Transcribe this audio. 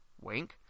Wink